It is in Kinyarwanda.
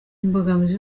imbogamizi